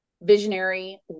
visionary